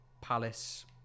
Palace